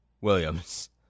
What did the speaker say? Williams